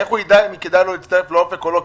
איך הוא יידע אם כדאי לו להצטרף לאופק או לא?